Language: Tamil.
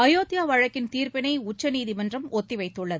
அயோத்தியா வழக்கின் தீர்ப்பினை உச்சநீதிமன்றம் ஒத்திவைத்துள்ளது